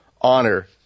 honor